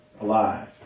alive